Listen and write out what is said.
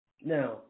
Now